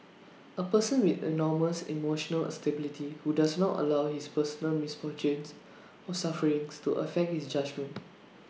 A person with enormous emotional stability who does not allow his personal misfortunes or sufferings to affect his judgement